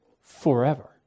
forever